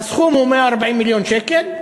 הסכום הוא 140 מיליון שקל.